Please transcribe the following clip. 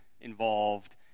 involved